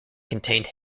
contained